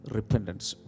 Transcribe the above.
Repentance